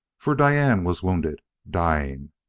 for diane was wounded dying!